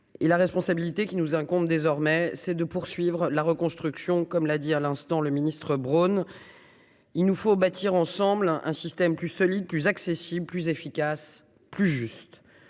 la responsabilité qui nous incombe désormais. C'est de poursuivre la reconstruction, comme l'a dit à l'instant le ministre Brown, il nous faut bâtir ensemble un un système plus solide, plus accessible, plus efficace, plus juste,